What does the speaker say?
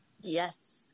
Yes